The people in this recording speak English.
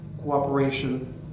cooperation